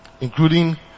Including